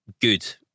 good